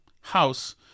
house